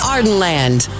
Ardenland